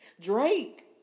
Drake